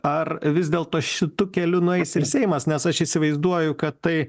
ar vis dėlto šitu keliu nueis ir seimas nes aš įsivaizduoju kad tai